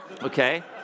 okay